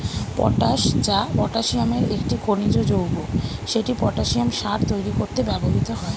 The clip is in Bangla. পটাশ, যা পটাসিয়ামের একটি খনিজ যৌগ, সেটি পটাসিয়াম সার তৈরি করতে ব্যবহৃত হয়